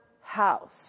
house